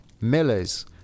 Miller's